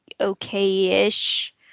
okay-ish